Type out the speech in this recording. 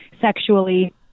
sexually